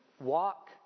walk